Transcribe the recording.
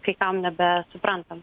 kai kam nebesuprantam